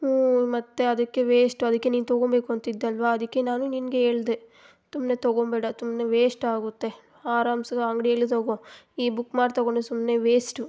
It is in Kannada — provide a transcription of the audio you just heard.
ಹ್ಞೂ ಮತ್ತು ಅದಕ್ಕೆ ವೇಶ್ಟು ಅದಕ್ಕೆ ನೀನು ತಗೊಬೇಕು ಅಂತಿದ್ದೆ ಅಲ್ವ ಅದಕ್ಕೆ ನಾನು ನಿನ್ಗೆ ಹೇಳ್ದೆ ಸುಮ್ನೆ ತಗೊಬೇಡ ಸುಮ್ನೆ ವೇಶ್ಟ್ ಆಗುತ್ತೆ ಆರಾಮ್ಸಾಗ್ ಅಂಗಡಿಯಲ್ಲಿ ತಗೋ ಈ ಬುಕ್ ಮಾಡಿ ತಗೊಂಡರೆ ಸುಮ್ಮನೆ ವೇಸ್ಟು